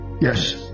Yes